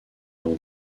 l’en